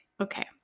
okay